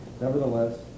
nevertheless